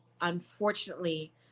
unfortunately